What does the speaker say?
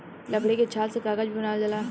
लकड़ी के छाल से कागज भी बनावल जाला